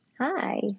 Hi